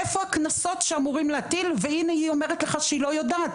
איפה הקנסות שאמורים להטיל והנה היא אומרת שהיא לא יודעת.